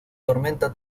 tormenta